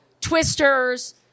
Twisters